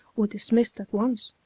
or dismissed at once.